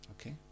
Okay